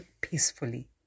peacefully